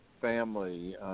family